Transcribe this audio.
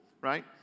right